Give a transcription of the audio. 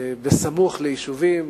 בסמוך ליישובים,